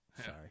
Sorry